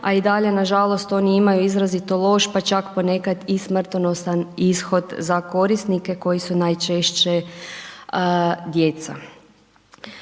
a i dalje, nažalost, oni imaju izrazito loš, pa čak ponekad i smrtonosan ishod za korisnike koji su najčešće djeca.